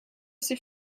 sie